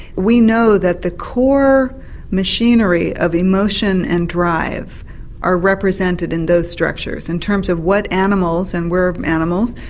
we know that the core machinery of emotion and drive are represented in those structures in terms of what animals and we're animals,